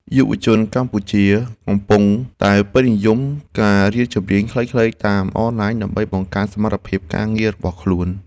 យុវជនកម្ពុជាកំពុងតែពេញនិយមការរៀនជំនាញខ្លីៗតាមអនឡាញ ដើម្បីបង្កើនសមត្ថភាពការងាររបស់ខ្លួន។